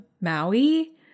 Maui